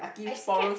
I scan